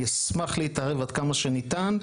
אני אשמח להתערב עד כמה שניתן.